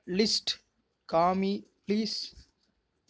list காமி please